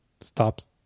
stops